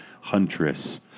Huntress